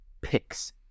picks